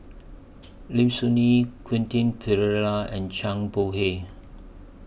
Lim Soo Ngee Quentin Pereira and Zhang Bohe